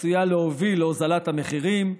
ועשויה להוביל להורדת המחירים,